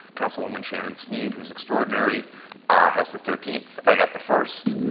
councilwoman shannon sneed who is extraordinary has the thirteenth, i got the first.